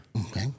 Okay